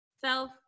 self